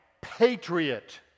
Patriot